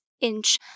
inch